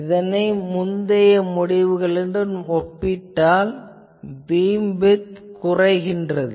இதனை முந்தைய முடிவுகளுடன் ஒப்பிட்டால் பீம்விட்த் குறைகிறது